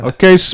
Okay